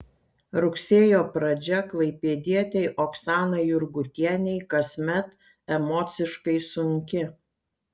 rugsėjo pradžia klaipėdietei oksanai jurgutienei kasmet emociškai sunki